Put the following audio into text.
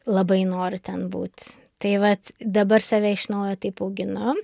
labai noriu ten būt tai vat dabar save iš naujo taip auginu